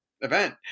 event